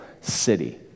city